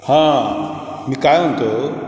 हां मी काय म्हणतो